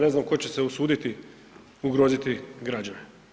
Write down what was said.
Ne znam tko će se usuditi ugroziti građane.